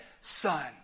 son